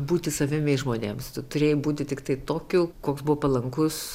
būti savimi žmonėms tu turėjai būti tiktai tokiu koks buvo palankus